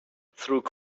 through